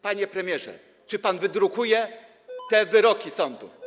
Panie premierze, czy pan wydrukuje te wyroki sądu?